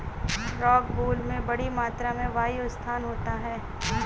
rockwool में बड़ी मात्रा में वायु स्थान होता है